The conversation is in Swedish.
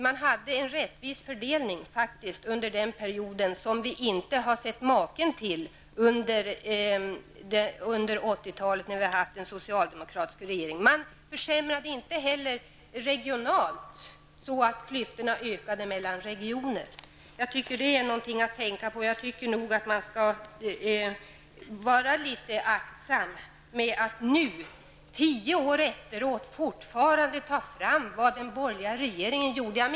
Man hade en rättvis fördelning, faktiskt, under den perioden som vi inte har sett maken till under 1980-talet när vi haft en socialdemokratisk regering. Man försämrade inte heller regionalt så att klyftorna ökade mellan regioner. Jag rycker det är någonting att tänka på. Man bör nog vara litet aktsam med att nu, tio år efteråt, fortfarande jämföra med vad den borgerliga regeringen gjorde.